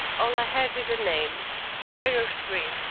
all i have is a name raynor three,